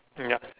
mm ya